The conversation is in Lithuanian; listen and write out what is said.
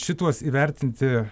šituos įvertinti